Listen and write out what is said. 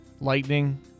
Lightning